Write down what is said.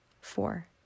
Four